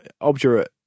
obdurate